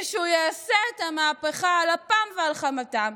ושהוא יעשה את המהפכה על אפם ועל חמתם.